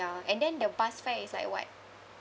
ya and then the bus fare is like what